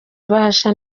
ibahasha